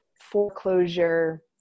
foreclosure